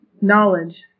knowledge